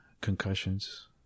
concussions